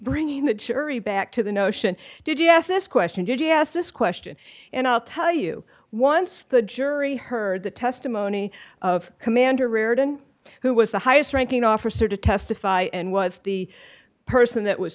bringing the jury back to the notion did you ask this question did you ask this question and i'll tell you once the jury heard the testimony of commander riordan who was the highest ranking officer to testify and was the person that was